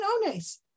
ones